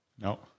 no